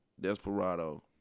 Desperado